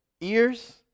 ears